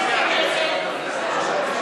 הצעת סיעת המחנה הציוני להביע